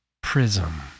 Prism